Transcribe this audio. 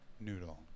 noodle